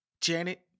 Janet